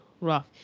rough